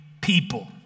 people